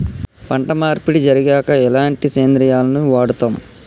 పంట మార్పిడి జరిగాక ఎలాంటి సేంద్రియాలను వాడుతం?